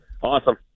Awesome